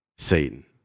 Satan